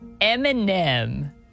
Eminem